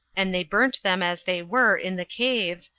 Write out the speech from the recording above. and they burnt them as they were in the caves,